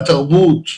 תרבות,